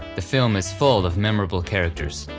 the film is full of memorable characters,